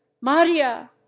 maria